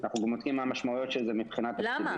אנחנו גם בודקים מה המשמעויות של זה מבחינה תקציבית.